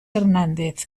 hernández